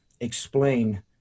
explain